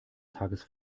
tages